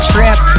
Trip